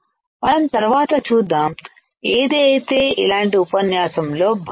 మనం తర్వాత చూద్దాం ఏది అయితే ఇలాంటి ఉపన్యాసంలో భాగం